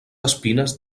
espines